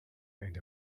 and